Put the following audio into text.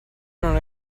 non